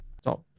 Stop